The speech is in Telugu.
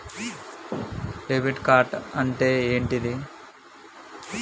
డెబిట్ కార్డ్ అంటే ఏంటిది?